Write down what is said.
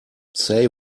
say